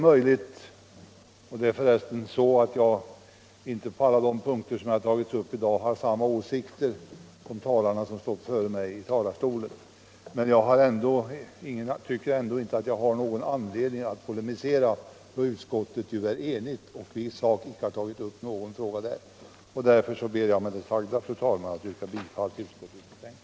På de punkter som dragits upp av de föregående talarna har jag inte samma åsikter som dessa, men jag tycker ändå att jag inte har någon anledning att polemisera, eftersom utskottet är enigt i sak och inte har tagit några av dessa frågor. Fru talman! Med det sagda ber jag att få yrka bifall till utskottets hemställan.